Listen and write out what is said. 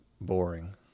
boring